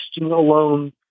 alone